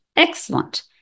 Excellent